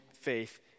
faith